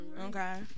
Okay